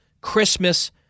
Christmas